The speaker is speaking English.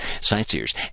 sightseers